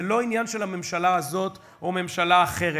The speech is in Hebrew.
זה לא עניין של הממשלה הזאת או ממשלה אחרת.